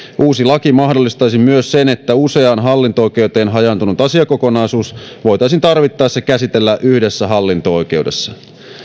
uusi laki mahdollistaisi myös sen että useaan hallinto oikeuteen hajaantunut asiakokonaisuus voitaisiin tarvittaessa käsitellä yhdessä hallinto oikeudessa